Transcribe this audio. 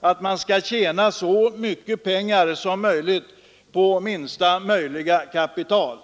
att de skall tjäna så mycket pengar som möjligt på minsta möjliga kapital.